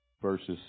verses